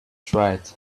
tried